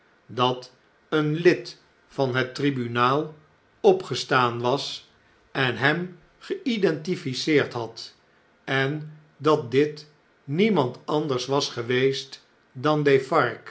dat een lid van het tribunaal opgestaan was en hem geidentifieerd had en dat dit niemand anders was geweest dan